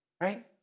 right